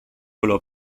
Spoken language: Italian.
volevo